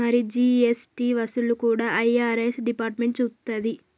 మరి జీ.ఎస్.టి వసూళ్లు కూడా ఐ.ఆర్.ఎస్ డిపార్ట్మెంట్ సూత్తది